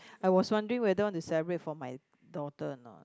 I was wondering whether I want to celebrate for my daughter or not